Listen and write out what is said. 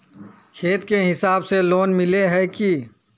खेत के हिसाब से लोन मिले है की?